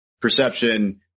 perception